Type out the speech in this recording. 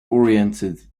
oriented